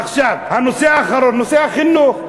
עכשיו, הנושא האחרון, נושא החינוך.